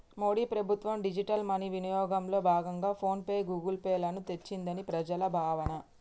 మోడీ ప్రభుత్వం digital money వినియోగంలో భాగంగా ఫోన్ పే, గూగుల్ పే లను తెచ్చిందని ప్రజల భావన